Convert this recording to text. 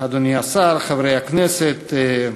אדוני השר, חברי הכנסת,